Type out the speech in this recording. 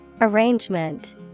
Arrangement